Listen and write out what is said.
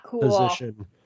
position